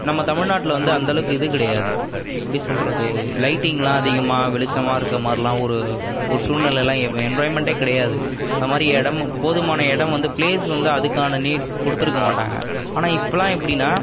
நம்ம தமிழ்நாட்டில் வந்து அந்தளவுக்கு இது கிடையாது எப்படி சொல்லுறது லைட்டிங்லாம் அதிகமாக வெளிச்சமாக இருக்க மாதிரிலாம் ஒரு ஒரு சூழ்நிலலாம் ஏற் என்விராய்மெண்டே கிடையாது அது மாதிரி இடமும் போதுமான இடம் வந்து பிளேஸ் வந்து அதுக்கான நீடு கொடுத்துருக்க மாட்டாங்கள் ஆனால் இப்போல்லாம் எப்படினா